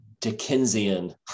Dickensian